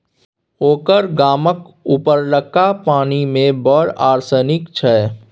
ओकर गामक उपरलका पानि मे बड़ आर्सेनिक छै